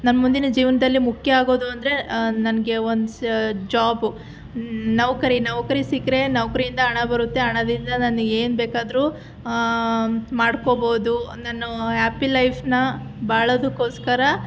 ನನ್ನ ಮುಂದಿನ ಜೀವನದಲ್ಲಿ ಮುಖ್ಯ ಆಗೋದು ಅಂದರೆ ನನಗೆ ಒಂದು ಜಾಬು ನೌಕರಿ ನೌಕರಿ ಸಿಕ್ಕರೆ ನೌಕರಿಯಿಂದ ಹಣ ಬರುತ್ತೆ ಹಣದಿಂದ ನಾನು ಏನು ಬೇಕಾದರೂ ಮಾಡ್ಕೊಬೋದು ನಾನು ಹ್ಯಾಪಿ ಲೈಫ್ನಾ ಬಾಳೋದಕ್ಕೋಸ್ಕರ